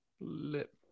lip